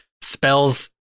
spells